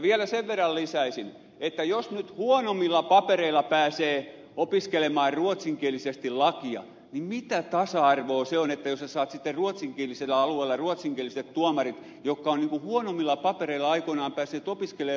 vielä sen verran lisäisin että jos nyt huonommilla papereilla pääsee opiskelemaan ruotsinkielisesti lakia niin mitä tasa arvoa se on jos sinä saat sitten ruotsinkielisellä alueella ruotsinkieliset tuomarit jotka ovat huonommilla papereilla aikoinaan päässeet opiskelemaan lakimieheksi